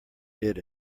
did